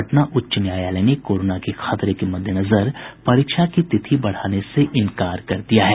पटना उच्च न्यायालय ने कोरोना के खतरे के मद्देनजर परीक्षा की तिथि बढ़ाने से इनकार कर दिया है